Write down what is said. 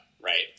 right